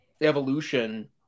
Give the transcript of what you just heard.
evolution